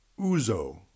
Uzo